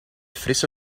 frisse